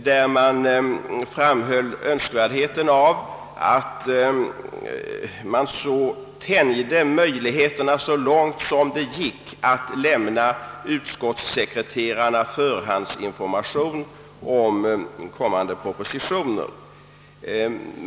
Det framhölls däri hur önskvärt det var att man tänjde ut möjligheterna så långt det gick att kunna lämna utskottssekreterarna förhandsinformation om kommande propositioner.